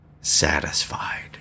satisfied